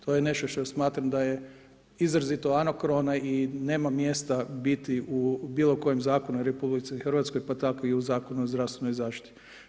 To je nešto što smatram da je izrazito anakrona i nema mjesta biti u bilo kojem zakonu u RH, pa tako i u Zakonu o zdravstvenoj zaštiti.